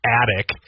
attic